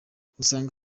ugasanga